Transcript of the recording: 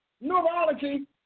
neurology